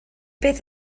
beth